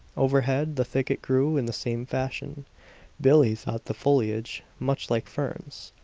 overhead the thicket grew in the same fashion billie thought the foliage much like ferns.